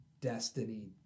Destiny